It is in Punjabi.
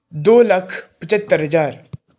ਦੋ ਲੱਖ ਪਝੱਤਰ ਹਜ਼ਾਰ